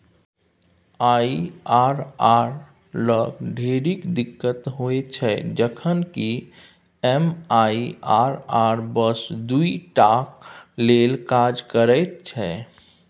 IRR लग ढेरिक दिक्कत होइत छै जखन कि एम.आई.आर.आर बस दुइ टाक लेल काज करैत छै